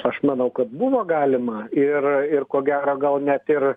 aš manau kad buvo galima ir ir ko gero gal net ir